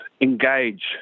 engage